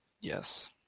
yes